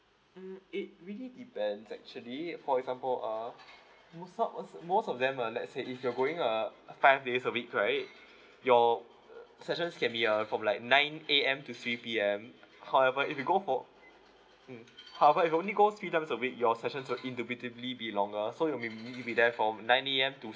mm it really depends actually for example of most of uh most of them are let's say if you're going uh five days a week right your sessions can be err from like nine A_M to three P_M however if you go for mm however if you only go three times a week your session will inevitably be longer so you will mainly be there from nine A_M to